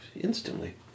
instantly